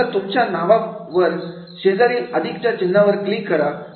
आता तुमच्या नावाचा शेजारील अधिकच्या चिन्हावर क्लिक करा